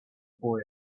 boy